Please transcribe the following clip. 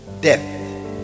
Death